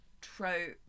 trope